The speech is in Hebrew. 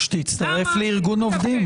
שתצטרף לארגון עובדים.